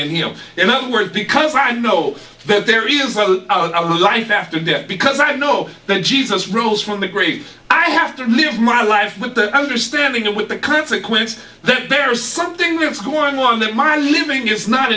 know in other words because i know that there is a life after death because i know that jesus rose from the grave i have to live my life with that understanding with the consequence that there is something that's going on that my living is not